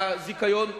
הזיכיון.